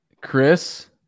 chris